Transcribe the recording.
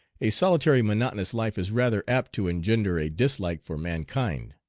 a solitary monotonous life is rather apt to engender a dislike for mankind,